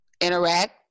interact